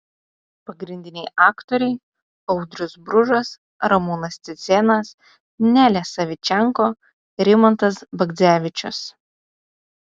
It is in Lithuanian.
pagrindiniai aktoriai audrius bružas ramūnas cicėnas nelė savičenko rimantas bagdzevičius